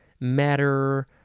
matter